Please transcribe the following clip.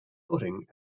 footing